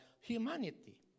humanity